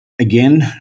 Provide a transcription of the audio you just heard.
again